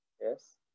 Yes